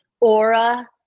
aura